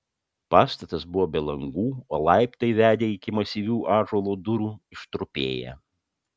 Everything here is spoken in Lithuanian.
pastatas buvo be langų o laiptai vedę iki masyvių ąžuolo durų ištrupėję